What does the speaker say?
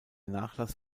nachlass